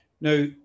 Now